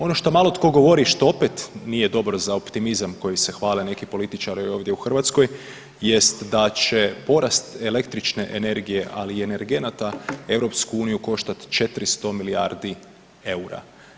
Ono što malo tko govori što opet nije dobro za optimizam kojim se hvale neki političari ovdje u Hrvatskoj jest da će porast električne energije, ali i energenata Europsku uniju koštati 400 milijardi eura.